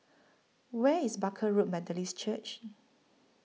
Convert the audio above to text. Where IS Barker Road Methodist Church